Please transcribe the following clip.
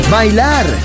bailar